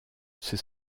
c’est